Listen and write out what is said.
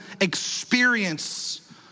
experience